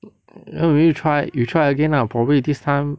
ya maybe try you try again lah probably at this time